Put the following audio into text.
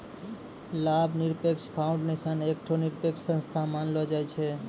लाभ निरपेक्ष फाउंडेशन एकठो निरपेक्ष संस्था मानलो जाय छै